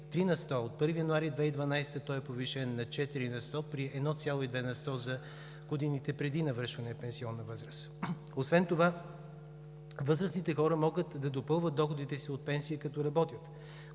на сто. От 1 януари 2012 г. той е повишен на четири на сто при 1,2 на сто за годините преди навършване на пенсионна възраст. Освен това възрастните хора могат да допълват доходите си от пенсии, като работят.